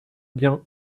bien